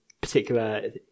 particular